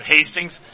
Hastings